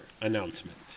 announcement